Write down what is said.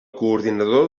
coordinador